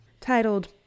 titled